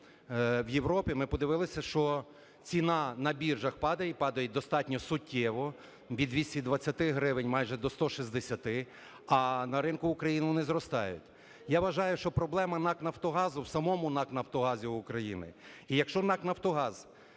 в Європі, ми подивилися, що ціна на біржах падає, і падає достатньо суттєво: від 220 гривень майже до 160, а на ринку України вони зростають. Я вважаю, що проблема НАК "Нафтогазу" в самому НАК "Нафтогазі України".